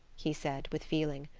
he said, with feeling,